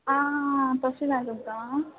आ तशें जाय तुका